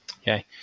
Okay